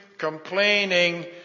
complaining